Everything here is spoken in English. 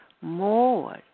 more